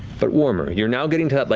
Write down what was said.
but warmer. you're now getting to that, like.